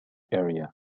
area